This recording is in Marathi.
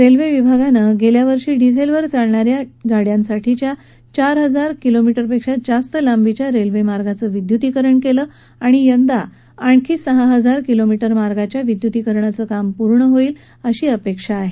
रेल्वे विभागानं गेल्या वर्षी डिझेलवर चालणा या गाड्यांसाठीच्या चार हजार किलोमीटरपेक्षा जास्त लांबीच्या रेल्वेमार्गांचं विद्युतीकरण केलं आणि या वर्षी आणखी सहा हजार किलोमीटर मार्गांच्या विद्युतीकरणाचं काम पूर्ण होईल अशी अपेक्षा आहे